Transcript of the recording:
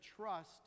trust